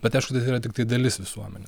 bet aišku tai yra tiktai dalis visuomenė